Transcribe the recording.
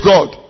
God